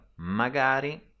Magari